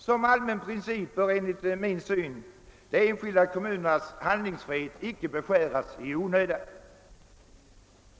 Som allmän princip bör enligt min syn de enskilda kommunernas handlingsfrihet icke beskäras i onödan.